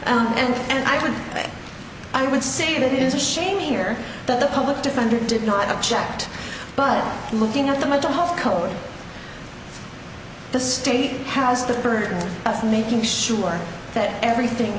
correctly and i would i would say that it is a shame here that the public defender did not object but looking at the mental health code the state has the burden of making sure that everything